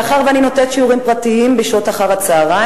מאחר שאני נותנת שיעורים פרטיים בשעות אחר-הצהריים,